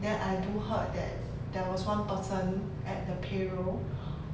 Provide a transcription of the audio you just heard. then I do heard that there was one person at the payroll